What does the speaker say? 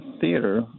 theater